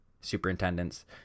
superintendents